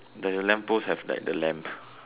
the lamp post have like the lamp